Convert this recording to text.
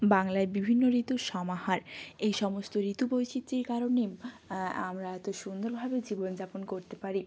বাংলায় বিভিন্ন ঋতুর সমাহার এই সমস্ত ঋতু বৈচিত্রের কারণে আমরা এত সুন্দরভাবে জীবনযাপন করতে পারি